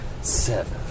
Seven